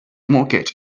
mortgage